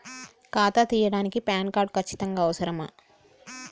ఖాతా తీయడానికి PAN card ఖచ్చితంగా అవసరమా?